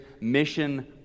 mission